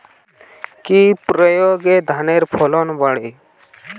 কি প্রয়গে ধানের ফলন বাড়বে?